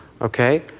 Okay